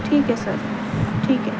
ٹھیک ہے سر ٹھیک ہے